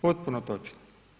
Potpuno točno.